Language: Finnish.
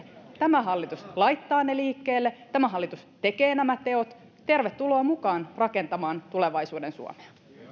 tämä hallitus laittaa ne liikkeelle tämä hallitus tekee nämä teot tervetuloa mukaan rakentamaan tulevaisuuden suomea